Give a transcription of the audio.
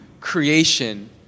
creation